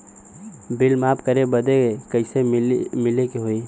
Bill माफ करे बदी कैसे मिले के होई?